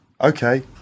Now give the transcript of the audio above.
okay